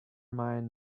mind